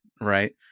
right